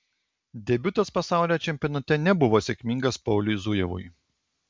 debiutas pasaulio čempionate nebuvo sėkmingas pauliui zujevui